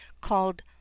called